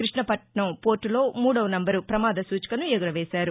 కృష్ణపట్నం పోర్టలో మూడో నెంబరు ప్రమాద సూచికను ఎగురవేశారు